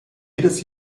jedes